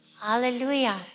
Hallelujah